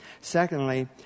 Secondly